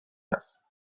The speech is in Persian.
است